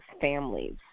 families